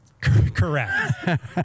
Correct